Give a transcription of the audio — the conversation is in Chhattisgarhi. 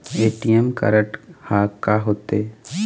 ए.टी.एम कारड हा का होते?